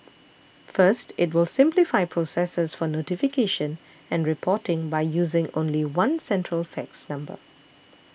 first it will simplify processes for notification and reporting by using only one central fax number